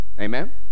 Amen